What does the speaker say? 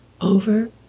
over